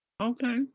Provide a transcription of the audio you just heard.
Okay